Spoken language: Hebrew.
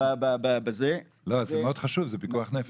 לא, זה מאוד חשוב, זה פיקוח נפש.